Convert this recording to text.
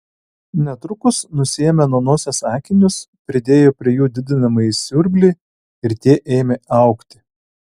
netrukus nusiėmė nuo nosies akinius pridėjo prie jų didinamąjį siurblį ir tie ėmė augti